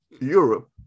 europe